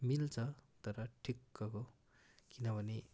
मिल्छ तर ठिकको किनभने